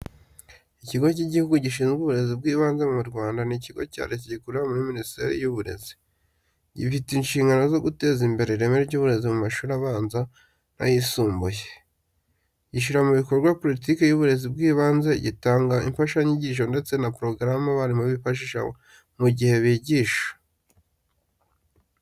Ikigo cy’Igihugu gishinzwe uburezi bw’ibanze mu Rwanda ni ikigo cya Leta gikorera muri Minisiteri y’Uburezi, gifite inshingano zo guteza imbere ireme ry’uburezi mu mashuri abanza n’ayisumbuye. Gishyira mu bikorwa politiki y'uburezi bw'ibanze, gitanga imfashanyigisho ndetse na porogaramu abarimu bifashisha mu gihe bigisha.